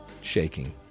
Shaking